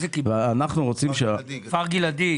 כפר גלעדי.